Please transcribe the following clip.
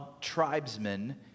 tribesmen